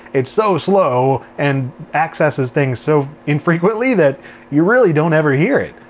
it's so slow and accesses things so infrequently that you really don't ever hear it.